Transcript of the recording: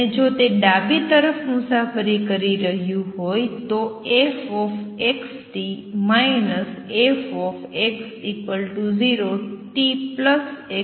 અને જો તે ડાબી તરફ મુસાફરી કરી રહ્યું હોય તો fxt f x0 txv